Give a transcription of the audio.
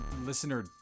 listener